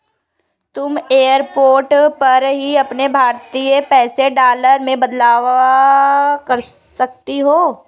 तुम एयरपोर्ट पर ही अपने भारतीय पैसे डॉलर में बदलवा सकती हो